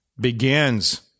begins